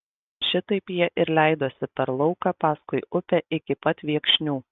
šitaip jie ir leidosi per lauką paskui upe iki pat viekšnių